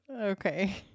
okay